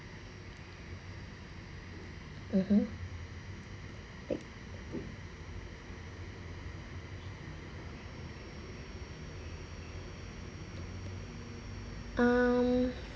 (uh huh) um